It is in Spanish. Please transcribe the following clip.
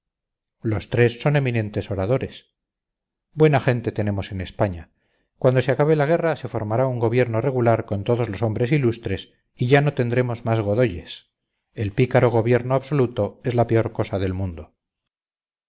los tres son eminentes oradores buena gente tenemos en españa cuando se acabe la guerra se formará un gobierno regular con todos los hombres ilustres y ya no tendremos más godoyes el pícaro gobierno absoluto es la peor cosa del mundo